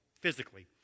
physically